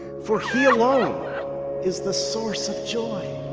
for he alone is the source of joy.